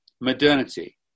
modernity